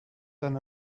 son